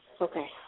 Okay